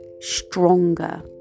stronger